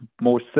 more